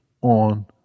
on